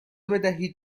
بدهید